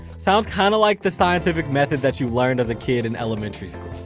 sounds kind of like the scientific method that you've learned as a kid in elementary school.